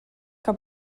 que